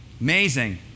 Amazing